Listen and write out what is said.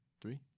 Three